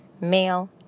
male